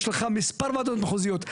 יש לך מספר וועדות מחוזיות.